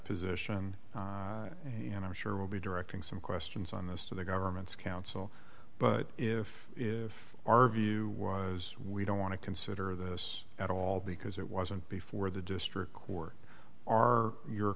position and i'm sure will be directing some questions on this to the government's counsel but if our view was we don't want to consider this at all because it wasn't before the district work or your